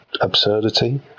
Absurdity